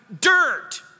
dirt